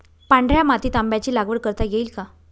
पांढऱ्या मातीत आंब्याची लागवड करता येईल का?